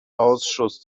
ausschuss